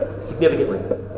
Significantly